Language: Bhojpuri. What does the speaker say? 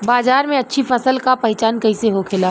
बाजार में अच्छी फसल का पहचान कैसे होखेला?